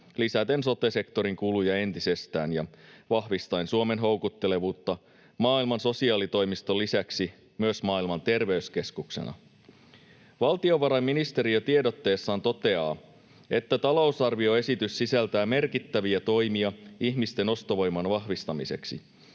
lisäten sote-sektorin kuluja entisestään ja vahvistaen Suomen houkuttelevuutta maailman sosiaalitoimiston lisäksi myös maailman terveyskeskuksena. Valtiovarainministeriö tiedotteessaan toteaa, että talousarvioesitys sisältää merkittäviä toimia ihmisten ostovoiman vahvistamiseksi.